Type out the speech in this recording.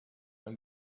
and